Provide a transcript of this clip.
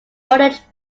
mortgage